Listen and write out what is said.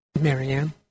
Marianne